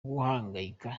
guhangayika